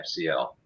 FCL